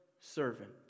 servant